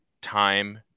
time